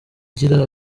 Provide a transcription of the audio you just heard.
ugira